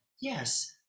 Yes